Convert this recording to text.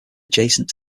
adjacent